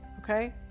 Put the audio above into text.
okay